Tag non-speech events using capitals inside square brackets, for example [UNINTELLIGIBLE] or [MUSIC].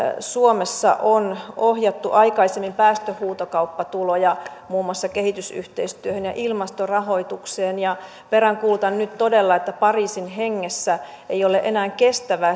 suomessa on ohjattu aikaisemmin päästöhuutokauppatuloja muun muassa kehitysyhteistyöhön ja ilmastorahoitukseen peräänkuulutan nyt todella että pariisin hengessä ei ole enää kestävää [UNINTELLIGIBLE]